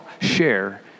share